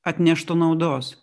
atneštų naudos